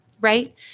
right